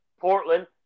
Portland